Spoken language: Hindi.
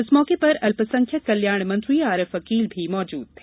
इस मौके पर अल्पसंख्यक कल्याण मंत्री आरिफ अकील भी मौजूद थे